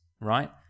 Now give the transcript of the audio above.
right